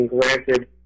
granted